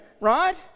right